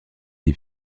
des